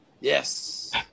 Yes